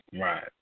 Right